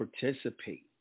participate